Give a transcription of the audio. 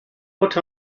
what